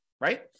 right